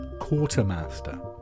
Quartermaster